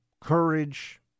courage